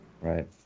Right